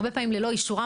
הרבה פעמים ללא אישורים,